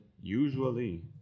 usually